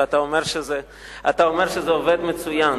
אתה אומר שזה עובד מצוין.